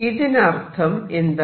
ഇതിനർത്ഥം എന്താണ്